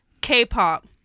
K-pop